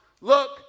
look